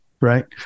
Right